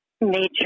major